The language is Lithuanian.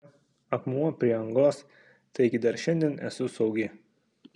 sėdžiu urve akmuo prie angos taigi dar šiandien esu saugi